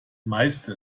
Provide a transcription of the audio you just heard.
meiste